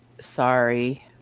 Sorry